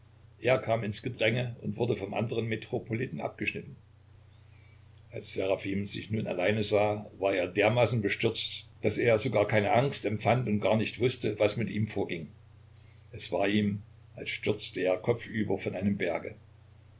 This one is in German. er kam ins gedränge und wurde vom andern metropoliten abgeschnitten als seraphim sich nun allein sah war er dermaßen bestürzt daß er sogar keine angst empfand und gar nicht wußte was mit ihm vorging es war ihm als stürzte er kopfüber von einem berge